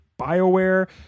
BioWare